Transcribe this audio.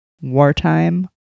Wartime